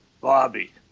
Bobby